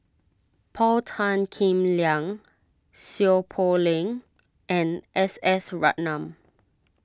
Paul Tan Kim Liang Seow Poh Leng and S S Ratnam